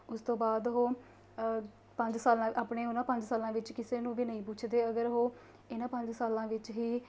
ਉਸ ਤੋਂ ਬਾਅਦ ਉਹ ਪੰਜ ਸਾਲਾਂ ਆਪਣੇ ਉਹਨਾ ਪੰਜ ਸਾਲਾਂ ਵਿੱਚ ਕਿਸੇ ਨੂੰ ਵੀ ਨਹੀਂ ਪੁੱਛਦੇ ਅਗਰ ਉਹ ਇਹਨਾਂ ਪੰਜ ਸਾਲਾਂ ਵਿੱਚ ਹੀ